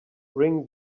bring